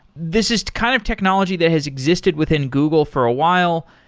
this is kind of technology that has existed within google for a while,